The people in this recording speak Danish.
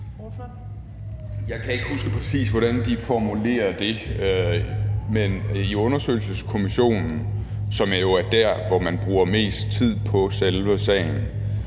Jeg kan ikke huske, præcis hvordan de formulerer det, men i undersøgelseskommissionen, som jo er der, hvor man bruger mest tid på selve sagen,